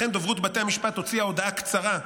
לכן דוברות בתי המשפט הוציאה הודעה "קצרה"